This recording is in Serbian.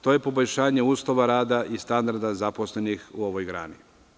To je poboljšanje uslova rada i standarda zaposlenih u ovoj grani.